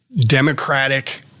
democratic